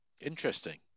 Interesting